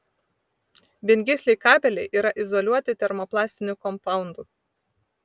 viengysliai kabeliai yra izoliuoti termoplastiniu kompaundu